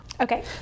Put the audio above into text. Okay